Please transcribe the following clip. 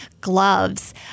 gloves